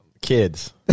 Kids